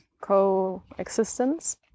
coexistence